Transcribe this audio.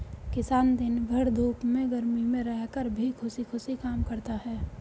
किसान दिन भर धूप में गर्मी में रहकर भी खुशी खुशी काम करता है